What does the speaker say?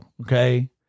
okay